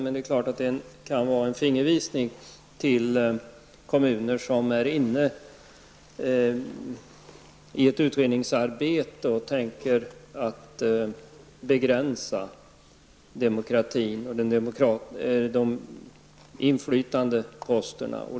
Men de kan givetvis vara en fingervisning till kommuner som befinner sig i ett utredningsarbete och tänker begränsa demokratin och inflytandeposterna.